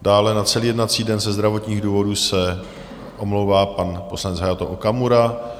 Dále na celý jednací den ze zdravotních důvodů se omlouvá pan poslanec Hayato Okamura.